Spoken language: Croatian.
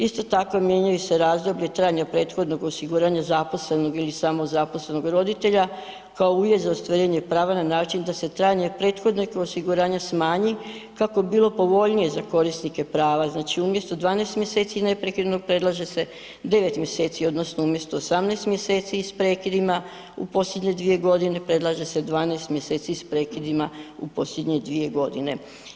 Isto tako mijenjaju se razdoblje trajanja prethodnog osigurana zaposlenog ili samozaposlenog roditelja kao uvjet za ostvarenje prava na način da se trajanje prethodnih osiguranja smanji kako bi bilo povoljnije za korisnike prava, znači umjesto 12 mjeseci neprekidnog predlaže se 9 mjeseci odnosno umjesto 18 mjeseci i s prekidima u posljednje 2 godine predlaže se 12 mjeseci s prekidima u posljednje 2 godine.